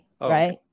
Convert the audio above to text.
right